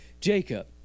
Jacob